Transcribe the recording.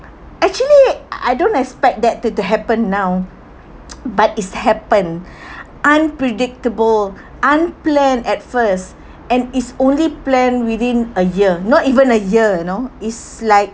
actually I I don't expect that to to happen now but it's happen unpredictable unplanned at first and is only plan within a year not even a year you know is like